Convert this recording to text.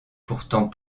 pourtant